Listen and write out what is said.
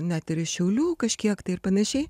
net ir iš šiaulių kažkiek tai ir panašiai